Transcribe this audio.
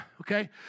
okay